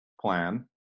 plan